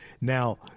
Now